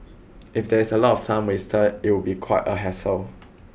if there is a lot of time wasted it would be quite a hassle